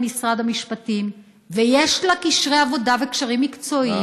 משרד המשפטים ויש לה קשרי עבודה וקשרים מקצועיים,